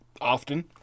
Often